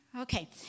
Okay